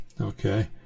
okay